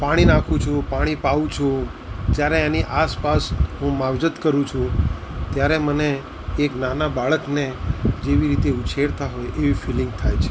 પાણી નાખું છું પાણી પાઉં છું જ્યારે એની આસપાસ હું માવજત કરું છું ત્યારે મને એક નાના બાળકને જેવી રીતે ઉછેરતા હોય એવી ફીલિંગ થાય છે